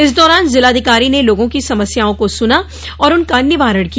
इस दौरान जिलाधिकारी ने लोगों की समस्यओं को सुना और उनका निवारण किया